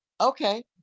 okay